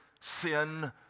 sin